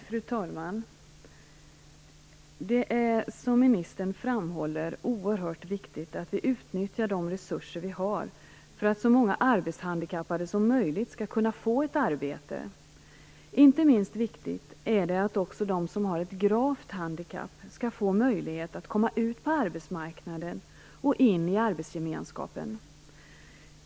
Fru talman! Det är, som ministern framhåller, oerhört viktigt att vi utnyttjar de resurser vi har för att så många arbetshandikappade som möjligt skall kunna få ett arbete. Inte minst viktigt är det att också de som har ett gravt handikapp skall få möjlighet att komma ut på arbetsmarknaden och in i arbetsgemenskapen.